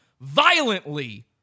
violently